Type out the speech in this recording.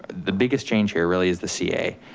the biggest change here really is the ca.